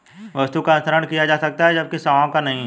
वस्तु का हस्तांतरण किया जा सकता है जबकि सेवाओं का नहीं